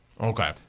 Okay